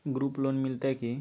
Group loan मिलतै की?